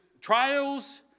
trials